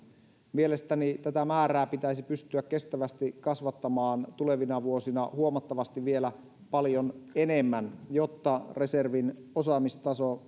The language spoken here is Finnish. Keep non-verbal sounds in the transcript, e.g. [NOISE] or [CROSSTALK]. mielestäni tätä määrää pitäisi pystyä kestävästi kasvattamaan tulevina vuosina vielä huomattavasti paljon enemmän jotta reservin osaamistaso [UNINTELLIGIBLE]